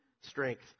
Strength